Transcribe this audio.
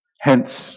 Hence